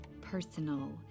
personal